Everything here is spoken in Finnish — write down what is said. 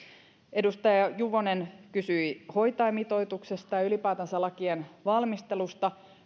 edustaja juvonen kysyi hoitajamitoituksesta ja ylipäätänsä lakien valmistelusta